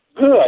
Good